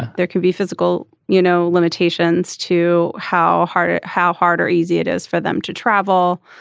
there can be physical you know limitations to how hard it how hard or easy it is for them to travel.